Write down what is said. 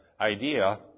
idea